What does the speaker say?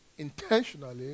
intentionally